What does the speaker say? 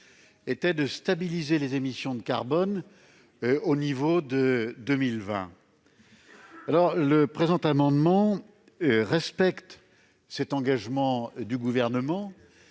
est de stabiliser les émissions de carbone au même niveau à partir de 2020. Le présent amendement respecte cet engagement du Gouvernement.